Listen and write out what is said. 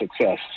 success